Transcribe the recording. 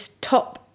top